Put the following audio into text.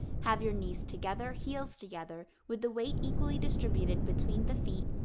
have your knees together, heels together, with the weight equally distributed between the feet,